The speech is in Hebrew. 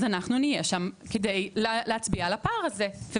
אנחנו נהיה שם כדי להצביע על הפער הזה.